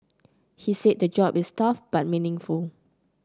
he said the job is tough but meaningful